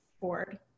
board